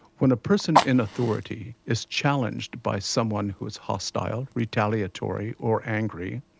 when a person in authority is challenged by someone who is hostile, retaliatory or angry,